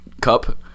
cup